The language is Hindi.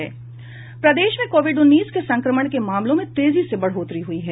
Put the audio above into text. प्रदेश में कोविड उन्नीस के संक्रमण के मामलों में तेजी से बढ़ोतरी हुई है